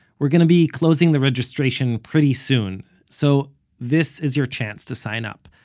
we're going to be closing the registration pretty soon, so this is your chance to sign up.